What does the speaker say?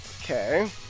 Okay